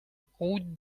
route